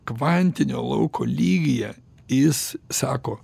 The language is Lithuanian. kvantinio lauko lygyje jis sako